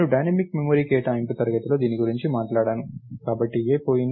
నేను dynamic memory కేటాయింపు తరగతిలో దీని గురించి మాట్లాడాను కాబట్టి A పోయింది